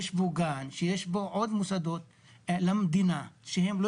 יש שם גן ועוד מוסדות למדינה שהם לא